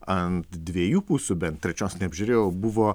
ant dviejų pusių bent trečios neapžiūrėjau buvo